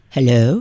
Hello